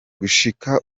gushika